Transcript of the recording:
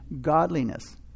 godliness